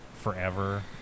forever